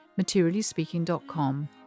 materiallyspeaking.com